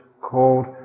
called